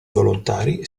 volontari